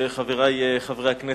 חברי חברי הכנסת,